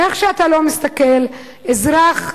איך שאתה לא מסתכל, האזרח נפגע.